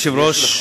יש לך